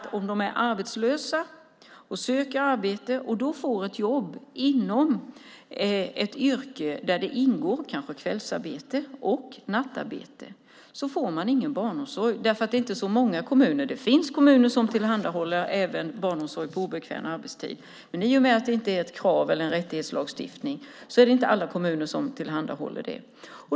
Arbetslösa som söker arbete och får ett jobb inom ett yrke där det ingår kvällsarbete och nattarbete får kanske ingen barnomsorg eftersom det inte är så många kommuner som tillhandahåller det. Det finns kommuner som tillhandahåller barnomsorg på obekväm arbetstid, men i och med att det inte är ett krav eller en rättighetslagstiftning är det inte alla kommuner som tillhandahåller det.